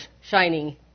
shining